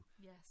Yes